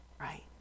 Right